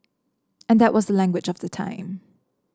and that was the language of the time